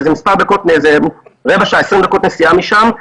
שזה רבע שעה-20 דקות נסיעה משם,